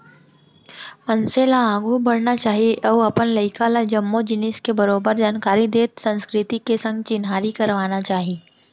मनसे ल आघू बढ़ना चाही अउ अपन लइका ल जम्मो जिनिस के बरोबर जानकारी देत संस्कृति के संग चिन्हारी करवाना चाही